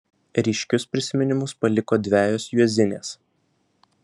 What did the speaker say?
ryškius prisiminimus paliko dvejos juozinės